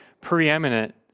preeminent